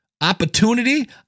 opportunity